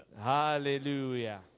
Hallelujah